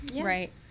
Right